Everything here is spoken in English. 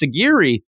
Sagiri